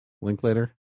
Linklater